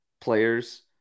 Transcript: Players